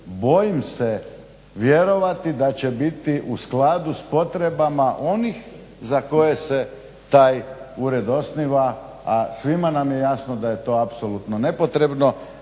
Bojim se vjerovati da će biti u skladu s potrebama onih za koje se taj ured osniva, a svima nam je jasno da je to apsolutno nepotrebno,